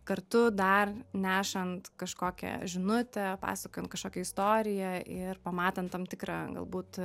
kartu dar nešant kažkokią žinutę pasakojant kažkokią istoriją ir pamatant tam tikrą galbūt